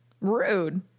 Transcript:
rude